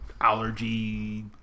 allergy